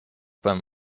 beim